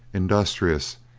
industrious,